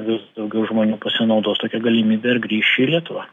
vis daugiau žmonių pasinaudos tokia galimybe ir grįš į lietuvą